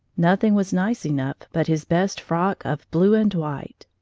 nothing was nice enough but his best frock of blue and white.